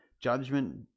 judgment